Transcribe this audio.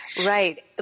Right